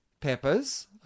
peppers